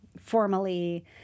formally